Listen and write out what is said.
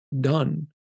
done